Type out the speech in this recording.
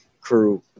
crew